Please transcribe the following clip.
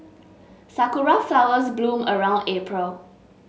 sakura flowers bloom around April